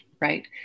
right